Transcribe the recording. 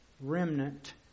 remnant